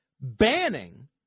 banning